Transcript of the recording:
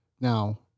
Now